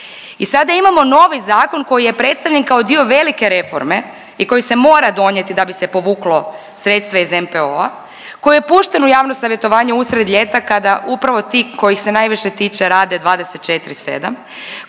I sada imamo novi zakon koji je predstavljen kao dio velike reforme i koji se mora donijeti da bi se povuklo sredstva iz NPO-a, koji je pušten u javno savjetovanje usred ljeta kada upravo ti kojih se najviše tiče rade 24/7